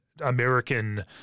American